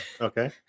okay